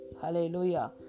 Hallelujah